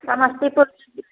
Samastipur